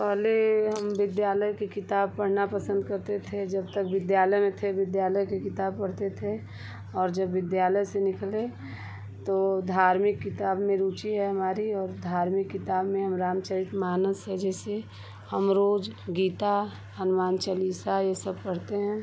पहले हम विद्यालय की किताब पढ़ना पसंद करते थे जब तक विद्यालय में थे विद्यालय की किताब पढ़ते थे और जब विद्यालय से निकले तो धार्मिक किताब में रुचि है हमारी और धार्मिक किताब में हम रामचरित मानस है जैसे हम रोज गीता हनुमान चलीसा ये सब पढ़ते हैं